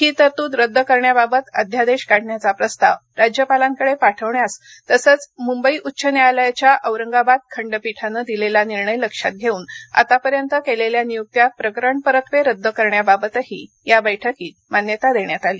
ही तरतुद रद्द करण्याबाबत अध्यादेश काढण्याचा प्रस्ताव राज्यपालांकडे पाठवण्यास तसंच मुंबई उच्च न्यायालयाच्या औरंगाबाद खंडपीठानं दिलेला निर्णय लक्षात घेऊन आतापर्यंत केलेल्या नियुक्त्या प्रकरणपरत्वे रद्द करण्याबाबतही या बैठकीत मान्यता देण्यात आली